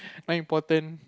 not important